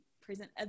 present